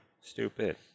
Stupid